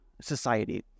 society